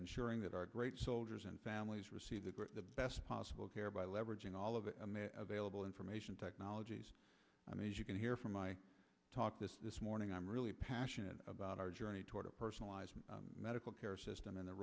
ensuring that our great soldiers and families receive the great the best possible care by leveraging all of the available information technologies i mean as you can hear from my talk this this morning i'm really passionate about our journey toward a personalized medical care system and the